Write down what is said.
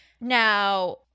Now